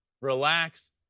relax